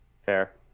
Fair